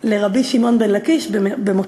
לרבי שמעון בן לקיש במותו.